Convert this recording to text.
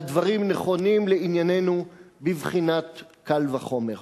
והדברים נכונים לענייננו בבחינת קל וחומר.